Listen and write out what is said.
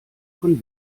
von